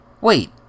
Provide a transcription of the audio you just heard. Wait